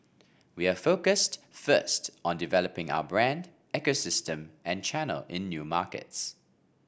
we are focused first on developing our brand ecosystem and channel in new markets